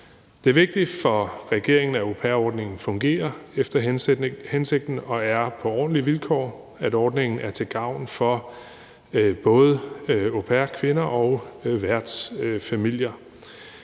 Det er vigtigt for regeringen, at au pair-ordningen fungerer efter hensigten og er på ordentlige vilkår, og at ordningen er til gavn for både au pair-kvinder og værtsfamilier.